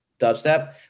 dubstep